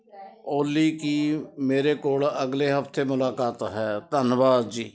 ਓਲੀ ਕੀ ਮੇਰੇ ਕੋਲ ਅਗਲੇ ਹਫ਼ਤੇ ਮੁਲਾਕਾਤ ਹੈ ਧੰਨਵਾਦ